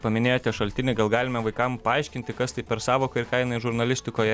paminėjote šaltinį gal galime vaikam paaiškinti kas tai per sąvoka ir ką jina žurnalistikoje